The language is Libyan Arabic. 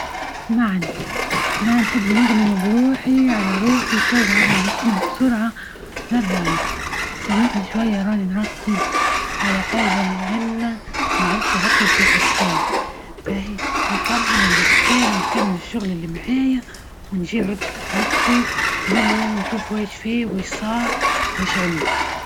إسمعني ما نحب نغني بروحي على روحي توها بسرعة مرة نحكوا سمعني شوية راني نركز على حاجة مهمة ما نعرفش نركز في حاجتين نكمل اللقطتين ونكمل الشغل اللي معي ونجي نرد لك نحكو من اليوم نشوف إيش فيه وش صار وش عندك